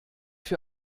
für